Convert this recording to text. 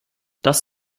das